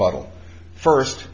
bottle first